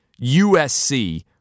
USC